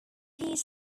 heat